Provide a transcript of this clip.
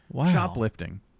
shoplifting